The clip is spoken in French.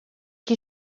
qui